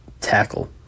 tackle